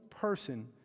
person